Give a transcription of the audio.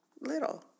Little